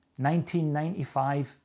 1995